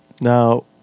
Now